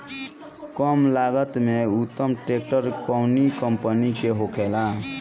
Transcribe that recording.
कम लागत में उत्तम ट्रैक्टर कउन कम्पनी के होखेला?